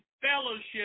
fellowship